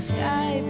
Sky